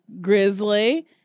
Grizzly